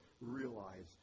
realize